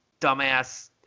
dumbass